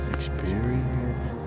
Experience